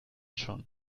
schon